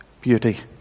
beauty